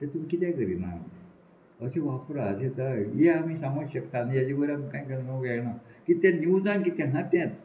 ते तुमी कित्या करिना अशें वापरां जें जाय चड हें आमी सामोंक शकता आनी हेजे भर आमी कांय न्हू कळना की तें न्यूजान कितें आहा तेंच